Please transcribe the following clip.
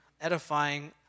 edifying